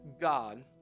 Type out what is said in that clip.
God